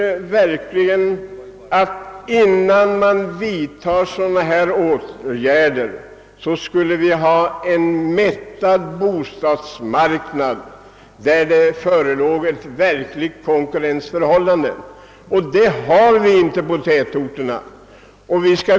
Innan man vidtar åtgärder som den nu föreslagna bör bostadsmarknaden vara mättad så att ett verkligt konkurrensförhållande föreligger. Det gör det inte i tätorterna.